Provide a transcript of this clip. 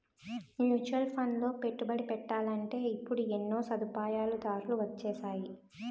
mutual ఫండ్లలో పెట్టుబడి పెట్టాలంటే ఇప్పుడు ఎన్నో సదుపాయాలు దారులు వొచ్చేసాయి